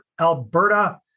Alberta